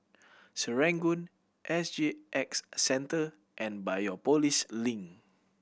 Serangoon S G X Centre and Biopolis Link